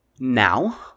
now